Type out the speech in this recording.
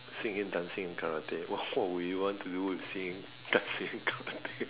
singing dancing and karate what would you want to do with singing dancing and karate